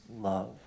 love